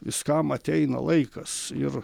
viskam ateina laikas ir